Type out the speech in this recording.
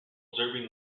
observing